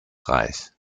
reich